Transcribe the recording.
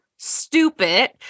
stupid